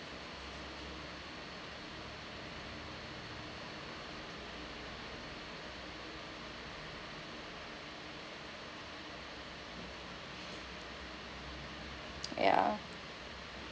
ya